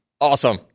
Awesome